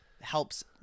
Helps